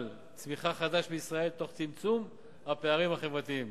צמיחה חדש בישראל תוך צמצום הפערים החברתיים.